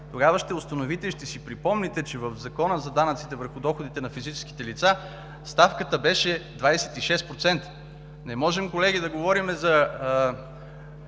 тогава ще установите, ще си припомните, че в Закона за данъците върху доходите на физическите лица ставката беше 26%. Не можем, колеги, да говорим за